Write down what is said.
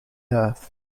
earth